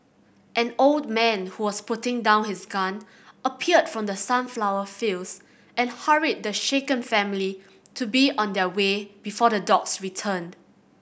an old man who was putting down his gun appeared from the sunflower fields and hurried the shaken family to be on their way before the dogs return